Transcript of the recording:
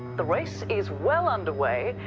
the race is well underway,